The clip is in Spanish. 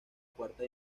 cuarta